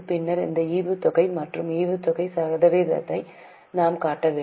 பின்னர் அந்த ஈவுத்தொகை மற்றும் ஈவுத்தொகை சதவீதத்தை நாம் காட்ட வேண்டும்